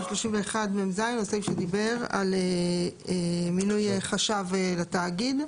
סעיף 32מז הוא סעיף שדיבר על מינוי חשב לתאגיד.